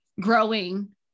growing